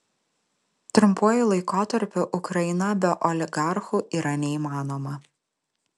trumpuoju laikotarpiu ukraina be oligarchų yra neįmanoma